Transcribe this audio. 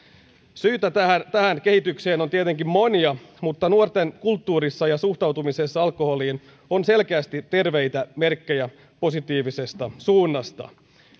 syitä tähän tähän kehitykseen on tietenkin monia mutta nuorten kulttuurissa ja suhtautumisessa alkoholiin on selkeästi terveitä merkkejä positiivisesta suunnasta